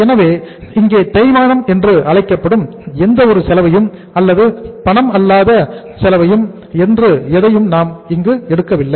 எனவே இங்கே தேய்மானம் என்று அழைக்கப்படும் எந்த ஒரு செலவையும் அல்லது பணம் இல்லாத செலவு என்று எதையும் நாம் இங்கு எடுக்கவில்லை